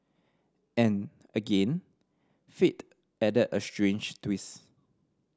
and again fate added a strange twist